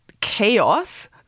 chaos